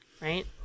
Right